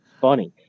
funny